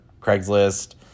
Craigslist